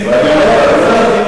רציני,